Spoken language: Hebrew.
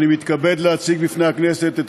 אני מתכבד להציג בפני הכנסת לקריאה שנייה ושלישית